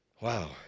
wow